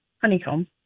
Honeycomb